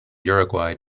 uruguay